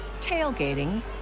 tailgating